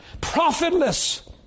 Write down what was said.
profitless